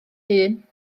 hun